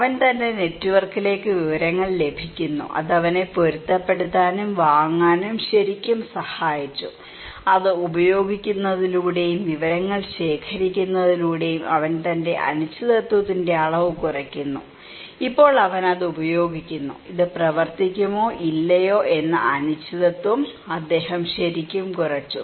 അവൻ തന്റെ നെറ്റ്വർക്കിലേക്ക് വിവരങ്ങൾ ലഭിക്കുന്നു അത് അവനെ പൊരുത്തപ്പെടുത്താനും വാങ്ങാനും ശരിക്കും സഹായിച്ചു അത് ഉപയോഗിക്കുന്നതിലൂടെയും വിവരങ്ങൾ ശേഖരിക്കുന്നതിലൂടെയും അവൻ തന്റെ അനിശ്ചിതത്വത്തിന്റെ അളവ് കുറയ്ക്കുന്നു ഇപ്പോൾ അവൻ അത് ഉപയോഗിക്കുന്നു ഇത് പ്രവർത്തിക്കുമോ ഇല്ലയോ എന്ന അനിശ്ചിതത്വം അദ്ദേഹം ശരിക്കും കുറച്ചു